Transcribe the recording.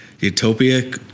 utopia